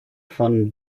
von